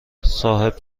صاحب